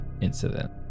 incident